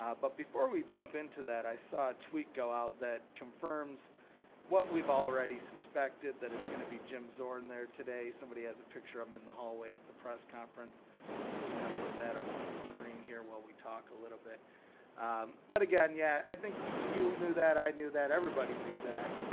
ah but before we jump into that i saw a tweet go out that confirms what we've already? suspected that it's going to be jim zorn there today. somebody has a picture of them in the hallway at the press conference so i'm just gonna put that up on the screen here while we talked a little bit but again, yeah, i think you knew that. i knew that everybody knew that